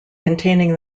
containing